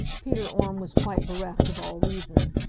peter orme was quite bereft of all reason.